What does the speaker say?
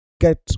Get